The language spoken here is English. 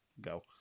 go